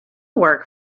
work